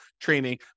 training